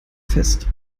fest